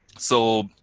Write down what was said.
so